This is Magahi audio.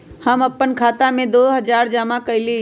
हम अपन खाता में दो हजार जमा कइली